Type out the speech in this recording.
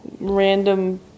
Random